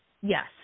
Yes